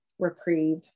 Reprieve